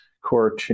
core